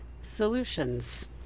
solutions